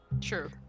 True